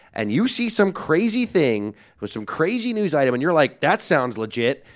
and you see some crazy thing with some crazy news item, and you're like that sounds legit,